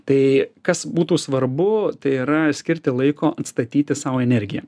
tai kas būtų svarbu tai yra skirti laiko atstatyti sau energiją